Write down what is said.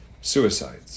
suicides